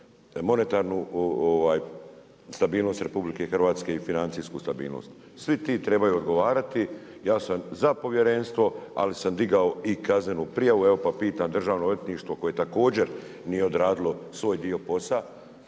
monetarnu stabilnost RH i financijsku stabilnost. Svi ti trebaju odgovarati. Ja sam za povjerenstvo, ali sam digao i kaznenu prijavu, evo pa pitam državno odvjetništvo koje također nije odradilo svoj dio posla,